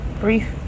brief